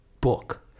book